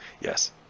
Yes